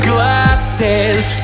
Glasses